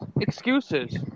excuses